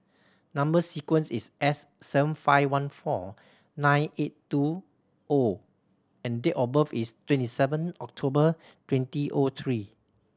number sequence is S seven five one four nine eight two O and date of birth is twenty seven October twenty O three